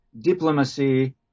diplomacy